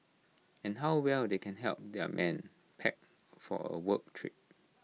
and how well they can help their men pack for A work trip